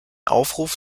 aufruf